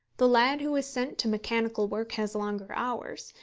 the lad who is sent to mechanical work has longer hours,